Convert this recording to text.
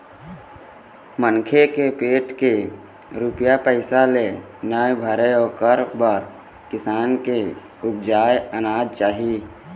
मनखे के पेट के रूपिया पइसा ले नइ भरय ओखर बर किसान के उपजाए अनाज चाही